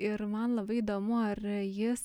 ir man labai įdomu ar jis